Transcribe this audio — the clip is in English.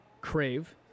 Crave